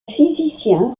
physicien